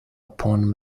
upon